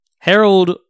Harold